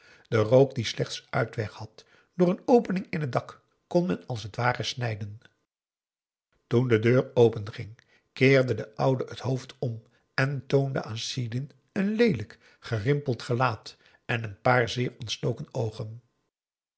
den rook die slechts uitweg had door een opening in het dak kon men als het ware snijden toen de deur openging keerde de oude het hoofd om en toonde aan sidin een leelijk gerimpeld gelaat en een paar zeer ontstoken oogen